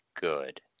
good